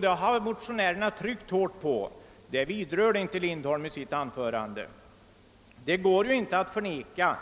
Detta har motionärerna tryckt hårt på. Herr Lindholm vidrörde inte detta i sitt anförande. Det går inte att förneka